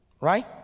Right